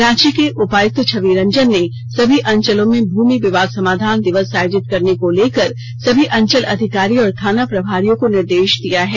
रांची के उपायुक्त छवि रंजन ने समी अंचलों में भूमि विवाद समाधान दिवस आयोजित करने को लेकर समी अंचल अधिकारी और थाना प्रमारियों को निर्देश दिया है